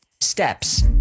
steps